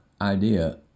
idea